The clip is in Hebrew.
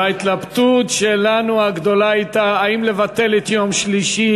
וההתלבטות הגדולה שלנו הייתה האם לבטל את יום שלישי,